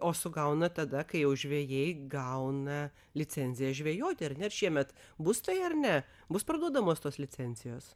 o sugauna tada kai jau žvejai gauna licenziją žvejoti ar ne ir šiemet bus tai ar ne bus parduodamos tos licencijos